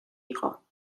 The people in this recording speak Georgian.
იყო